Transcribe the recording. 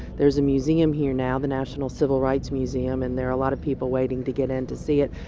there's a museum here now the national civil rights museum. and there are a lot of people waiting to get in to see it.